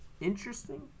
Interesting